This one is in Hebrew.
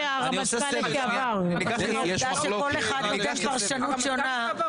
כאשר כל אחד ייתן פרשנות שונה,